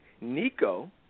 Nico